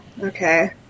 Okay